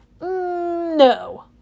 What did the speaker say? No